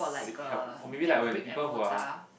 seek help or maybe like when people who are